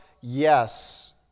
Yes